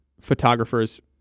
photographers